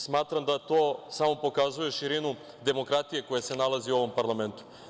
Smatram da to samo pokazuje širinu demokratije koja se nalazi u ovom parlamentu.